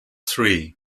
three